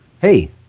Hey